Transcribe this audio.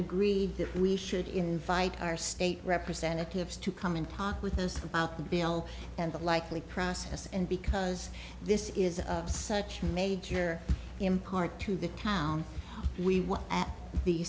agreed that we should invite our state representatives to come and talk with us about the bill and the likely process and because this is such a major impart to the town we were at the